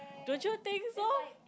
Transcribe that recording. don't you think so